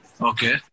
Okay